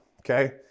Okay